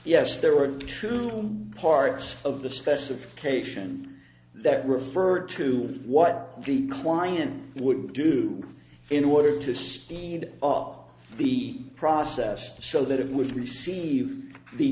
yes there were true parts of the special occasion that referred to what the client would do in order to speed up the process to show that it would receive the